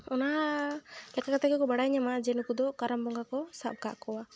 ᱚᱱᱟ ᱞᱮᱠᱟ ᱠᱟᱛᱮ ᱜᱮᱠᱚ ᱵᱟᱲᱟᱭ ᱧᱟᱢᱟ ᱡᱮ ᱱᱩᱠᱩ ᱫᱚ ᱠᱟᱨᱟᱢ ᱵᱚᱸᱜᱟ ᱠᱚ ᱥᱟᱵ ᱟᱠᱟᱫ ᱠᱚᱣᱟ